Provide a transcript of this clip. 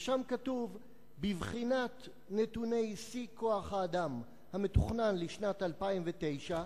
ושם כתוב: בבחינת נתוני שיא כוח-האדם המתוכנן לשנת 2009,